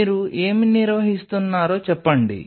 మీరు ఏమి నిర్వహిస్తున్నారో చెప్పండి